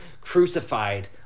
crucified